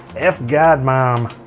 f. godmom.